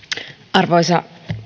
arvoisa